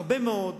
הרבה מאוד.